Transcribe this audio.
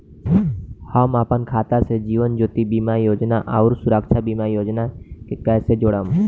हम अपना खाता से जीवन ज्योति बीमा योजना आउर सुरक्षा बीमा योजना के कैसे जोड़म?